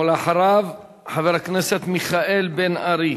ואחריו, חבר הכנסת מיכאל בן-ארי.